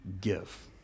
give